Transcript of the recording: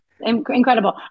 Incredible